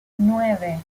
nueve